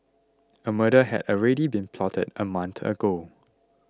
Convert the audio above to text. a murder had already been plotted a month ago